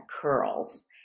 curls